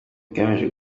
igamije